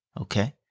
Okay